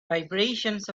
vibrations